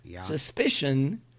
suspicion